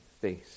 face